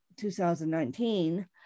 2019